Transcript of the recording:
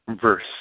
verse